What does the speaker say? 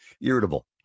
irritable